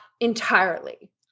Entirely